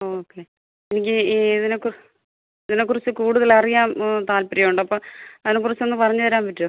okay എനിക്ക് ഈ ഇതിനെ ഇതിനെ കുറിച്ച് കൂടുതലറിയാൻ താൽപ്പര്യമുണ്ടപ്പോള് അതിനെ കുറിച്ചൊന്ന് പറഞ്ഞുതരാന് പറ്റുമോ